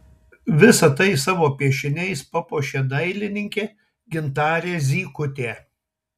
visa tai savo piešiniais papuošė dailininkė gintarė zykutė